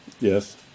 Yes